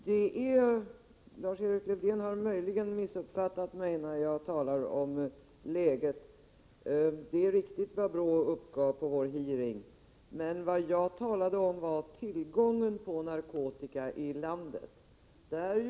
Herr talman! Mycket kort. Lars-Erik Lövdén har möjligen missuppfattat mig när jag talar om läget. Det är riktigt vad BRÅ uppgav vid vår hearing, men jag talade om tillgången på narkotika i landet.